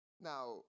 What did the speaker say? Now